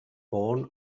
born